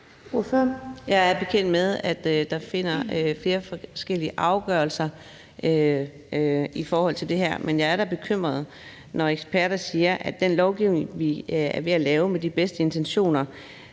Jeg er bekendt med, at der findes flere forskellige afgørelser i forhold til det her. Men jeg er da bekymret, når eksperter og advokater derude siger, at trods den lovgivning, vi er ved at lave med de bedste intentioner,